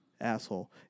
Asshole